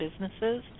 businesses